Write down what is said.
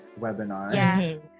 webinar